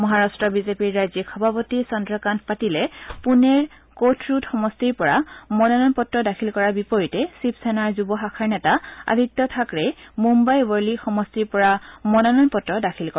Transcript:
মহাৰাট্ট বিজেপিৰ ৰাজ্যিক সভাপতি চন্দ্ৰকান্ত পাটিলে পুনেৰ কোঠৰুদ সমট্টিৰ পৰা মনোনয়ন পত্ৰ দাখিল কৰাৰ বিপৰীতে শিৱ সেনাৰ যুৱ শাখাৰ নেতা আদিত্য থাকৰে মুম্বাই ৱঁৰলি সমষ্টিৰ পৰা মনোনয়ন পত্ৰ দাখিল কৰে